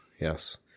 Yes